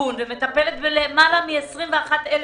סיכון ומטפלת ביותר מ-21,000